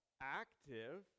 active